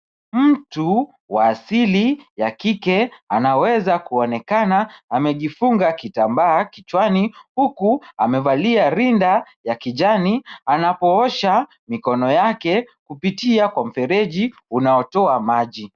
Mtu wa asili ya kike, anaweza kuonekana amejifunga kitambaa kichwani, huku amevalia rinda ya kijani, anapoosha mikono yake, kupitia kwa mfereji unaotoa maji.